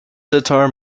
sitar